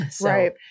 Right